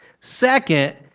Second